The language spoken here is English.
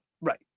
right